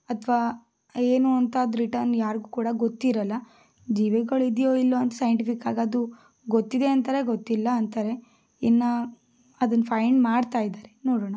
ಅಥವಾ ಏನು ಅಂತ ಅದು ರಿಟನ್ ಯಾರಿಗೂ ಕೂಡ ಗೊತ್ತಿರಲ್ಲ ಜೀವಿಗಳು ಇದೆಯೋ ಇಲ್ಲವೋ ಅಂತ ಸೈಂಟಿಫಿಕ್ಕಾಗದು ಗೊತ್ತಿದೆ ಅಂತಾರೆ ಗೊತ್ತಿಲ್ಲ ಅಂತಾರೆ ಇನ್ನು ಅದನ್ನು ಫೈಂಡ್ ಮಾಡ್ತಾ ಇದ್ದಾರೆ ನೋಡೋಣ